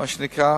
מה שנקרא,